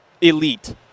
elite